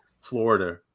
Florida